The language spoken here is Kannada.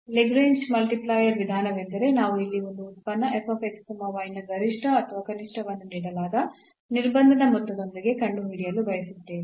ಲ್ಯಾಗ್ರೇಂಜ್ನ ಮಲ್ಟಿಪ್ಲೈಯರ್ Lagrange's multiplier ವಿಧಾನವೆಂದರೆ ನಾವು ಇಲ್ಲಿ ಒಂದು ಉತ್ಪನ್ನ ನ ಗರಿಷ್ಟ ಅಥವಾ ಕನಿಷ್ಠವನ್ನು ನೀಡಲಾದ ನಿರ್ಬಂಧದ ಮೊತ್ತದೊಂದಿಗೆ ಕಂಡುಹಿಡಿಯಲು ಬಯಸುತ್ತೇವೆ